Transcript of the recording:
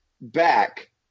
back